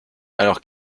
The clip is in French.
alors